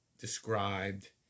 described